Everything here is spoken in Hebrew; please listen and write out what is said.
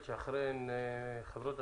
דבר נוסף שאני רוצה להוסיף זה שההארכה בשלושה